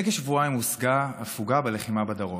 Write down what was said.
לפני כשבועיים הושגה הפוגה בלחימה בדרום.